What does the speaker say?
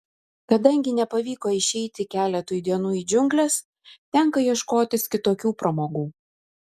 kadangi nepavyko išeiti keletui dienų į džiungles tenka ieškotis kitokių pramogų